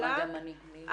גם אני.